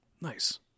Nice